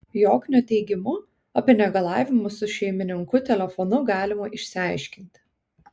joknio teigimu apie negalavimus su šeimininku telefonu galima išsiaiškinti